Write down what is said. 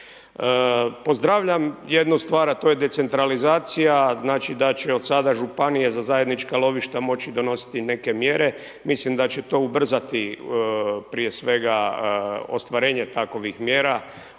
Pozdravljam jednu stvar, a to je decentralizacija znači da će od sada županije za zajednička lovišta moći donositi neke mjere mislim da će to ubrzati prije svega ostvarenje takovih mjera